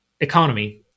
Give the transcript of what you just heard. economy